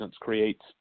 creates